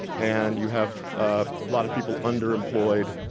and you have a lot of people underemployed,